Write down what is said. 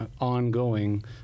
ongoing